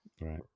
Right